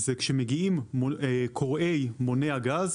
צריך להכניס התייחסות למקרה שהצרכן פנה לא בתוך 10 ימי עסקים.